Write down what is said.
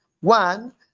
one